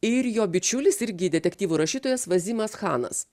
ir jo bičiulis irgi detektyvų rašytojas vazimas chanas